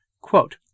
Quote